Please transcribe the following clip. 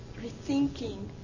rethinking